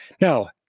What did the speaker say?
Now